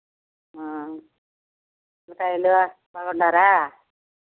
పిల్లలు బాగున్నారా